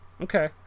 okay